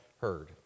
heard